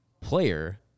player